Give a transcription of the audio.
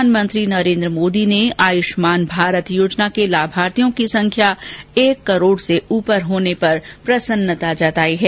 प्रधानमंत्री नरेन्द्र मोदी ने आयुष्मान भारत योजना के लाभार्थियों की संख्या एक करोड़ से ऊपर होने पर प्रसन्नता जताई है